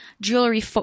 jewelry